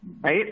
right